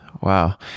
Wow